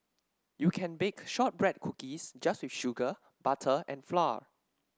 you can bake shortbread cookies just with sugar butter and flour